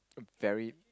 very